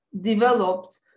developed